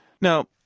Now